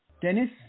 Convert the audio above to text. Dennis